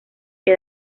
que